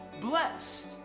blessed